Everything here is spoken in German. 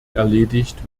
erledigt